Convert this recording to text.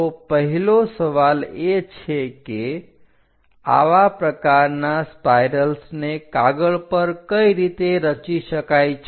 તો પહેલો સવાલ એ છે કે આવા પ્રકારના સ્પાઇરલ્સને કાગળ પર કઈ રીતે રચી શકાય છે